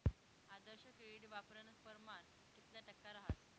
आदर्श credit वापरानं परमाण कितला टक्का रहास